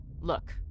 Look